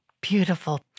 Beautiful